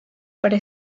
pre